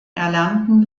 erlernten